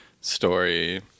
story